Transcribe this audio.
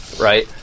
right